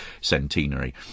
centenary